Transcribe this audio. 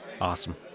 Awesome